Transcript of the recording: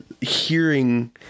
hearing